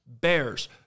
Bears